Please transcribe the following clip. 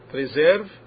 Preserve